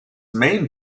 main